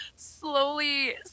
slowly